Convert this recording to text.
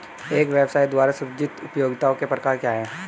एक व्यवसाय द्वारा सृजित उपयोगिताओं के प्रकार क्या हैं?